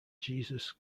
jesus